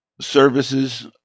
services